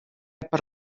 per